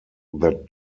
that